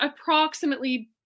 approximately